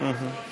איילת